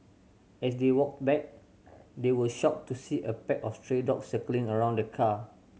as they walked back they were shocked to see a pack of stray dogs circling around the car